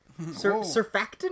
Surfactant